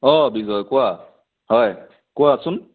অঁ বিজয় কোৱা হয় কোৱাচোন